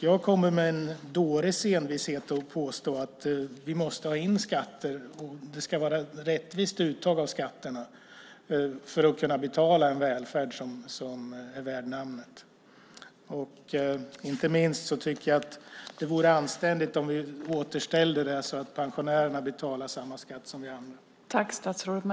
Jag kommer med en dåres envishet att påstå att vi måste ha ett rättvist uttag av skatter för att kunna betala en välfärd värd namnet. Inte minst tycker jag att det vore anständigt om vi återställde det så att pensionärerna betalar samma skatt som vi andra.